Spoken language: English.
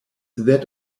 that